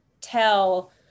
tell